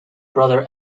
brother